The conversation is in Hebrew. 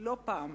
לא פעם.